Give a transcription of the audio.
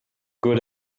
good